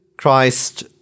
Christ